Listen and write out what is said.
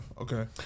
okay